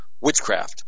Witchcraft